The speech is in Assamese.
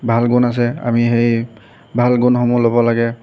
ভাল গুণ আছে আমি সেই ভাল গুণসমূহ ল'ব লাগে